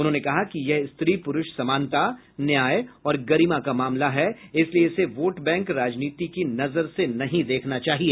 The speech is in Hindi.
उन्होंने कहा कि यह स्त्री प्रूष समानता न्याय और गरिमा का मामला है इसलिए इसे वोट बैंक राजनीति की नजर से नहीं देखना चाहिए